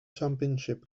championship